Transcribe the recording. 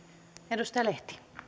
arvoisa rouva puhemies mitä